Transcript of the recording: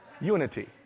unity